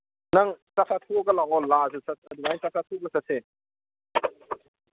ꯅꯪ ꯆꯥꯛ ꯆꯥꯊꯣꯛꯑꯒ ꯂꯥꯛꯑꯣ ꯂꯥꯛꯑꯁꯨ ꯑꯗꯨꯃꯥꯏ ꯆꯥꯛ ꯆꯥꯊꯣꯛꯑꯒ ꯆꯠꯁꯦ